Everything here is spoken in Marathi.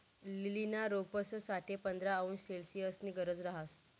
लीलीना रोपंस साठे पंधरा अंश सेल्सिअसनी गरज रहास